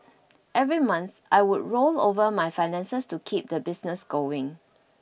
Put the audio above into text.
every month I would roll over my finances to keep the business going